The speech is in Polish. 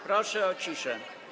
Proszę o ciszę.